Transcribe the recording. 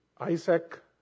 Isaac